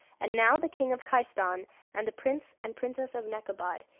and now the king of khaistan and the prince and princess of nekabad,